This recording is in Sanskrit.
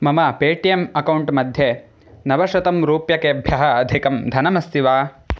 मम पे टी एम् अकौण्ट् मध्ये नवशतं रूप्यकेभ्यः अधिकं धनमस्ति वा